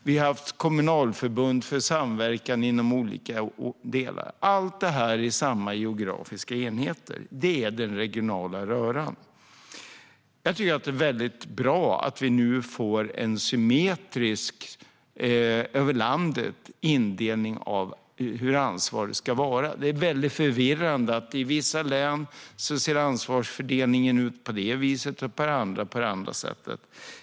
Vi har haft kommunalförbund för samverkan inom olika delar, allt detta i samma geografiska enheter. Det är den regionala röran. Jag tycker att det är väldigt bra att vi nu får en symmetrisk indelning över landet av hur ansvaret ska vara. Det är väldig förvirrande att ansvarsfördelningen i vissa län ser ut på ett vis och i andra län på ett annat vis.